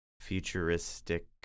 futuristic